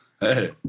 Hey